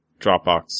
Dropbox